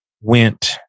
went